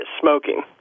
smoking